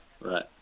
Right